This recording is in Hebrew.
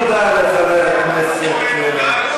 תודה רבה לחבר הכנסת פריג'.